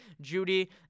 Judy